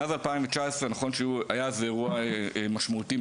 מאז 2019 היה אירוע משמעותי,